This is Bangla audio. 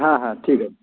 হ্যাঁ হ্যাঁ ঠিক আছে